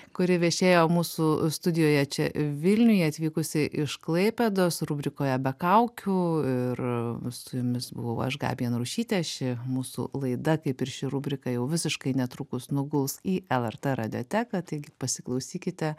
kuri viešėjo mūsų studijoje čia vilniuje atvykusi iš klaipėdos rubrikoje be kaukių ir su jumis buvau aš gabija narušytė ši mūsų laida kaip ir ši rubrika jau visiškai netrukus nuguls į lrt radioteką taigi pasiklausykite